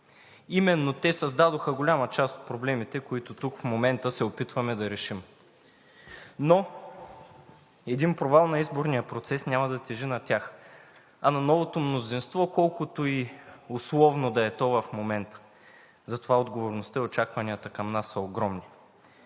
Именно те създадоха голяма част от проблемите, които тук в момента се опитваме да решим. Но един провал на изборния процес няма да тежи на тях, а на новото мнозинство, колкото и условно да е то в момента. Затова отговорността и очакванията към нас са огромни.